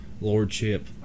lordship